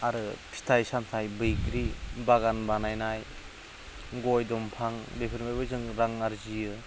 आरो फिथाइ सामथाइ बैग्रि बागान बानायनाय गय दंफां बेफोरनिफ्रायबो जों रां आरजियो